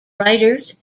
writers